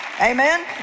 Amen